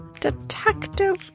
Detective